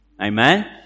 Amen